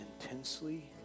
intensely